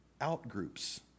out-groups